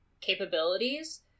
capabilities